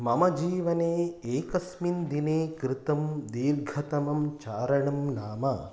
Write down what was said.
मम जीवने एकस्मिन् दिने कृतं दीर्घतमं चारणं नाम